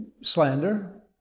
slander